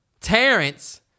Terrence